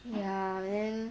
ya then